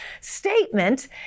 statement